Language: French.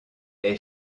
est